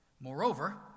Moreover